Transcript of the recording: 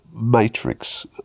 matrix